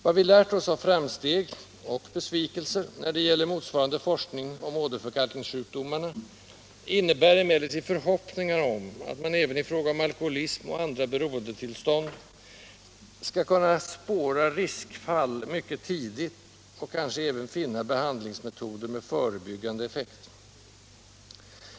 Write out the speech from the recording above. Vad vi lärt oss av framsteg, och besvikelser, när det gäller motsvarande forskning om åderförkalkningssjukdomarna innebär emellertid förhoppningar att man även i fråga om alkoholism och andra beroendetillstånd skall kunna spåra riskfall mycket tidigt och kanske även finna behandlingsmetoder med förebyggande effekt.